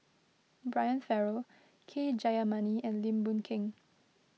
Brian Farrell K Jayamani and Lim Boon Keng